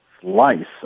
slice